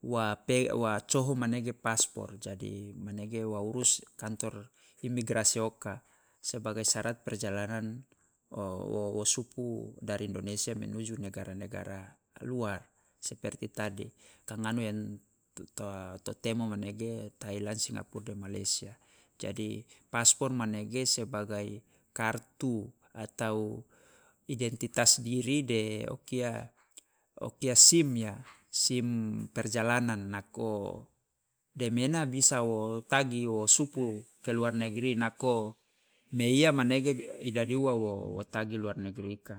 wa pe- wa coho manege pasport, jadi manege wa urus kantor imigrasi oka, sebagai syarat perjalanan wo- wo supu dari indonesia menuju negara negara luar, seperti tadi ka ngano yang tu- ta- to temo manege ta ela singapur de malaysa. Jadi, pasport manege sebagai kartu atau identitas diri de o kia o kia sim ya, sim perjalanan, nako demena bisa wo tagi wo supu keluar negeri nako meiya manege i dadi ua wo- wo tagi luar negeri ika.